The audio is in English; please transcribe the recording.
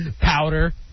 Powder